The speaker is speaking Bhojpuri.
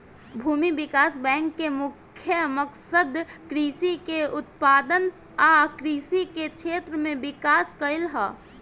भूमि विकास बैंक के मुख्य मकसद कृषि के उत्पादन आ कृषि के क्षेत्र में विकास कइल ह